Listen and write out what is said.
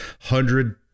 hundred